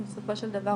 בסופו של דבר,